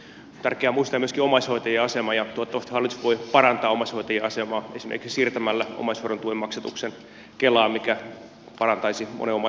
on tärkeää muistaa myöskin omaishoitajien asema ja toivottavasti hallitus voi parantaa omaishoitajien asemaa esimerkiksi siirtämällä omaishoidon tuen maksatuksen kelaan mikä parantaisi monen omaishoitajan asemaa